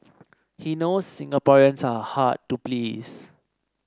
he knows Singaporeans are hard to please